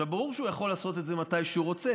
ברור שהוא יכול לעשות את זה מתי שהוא רוצה,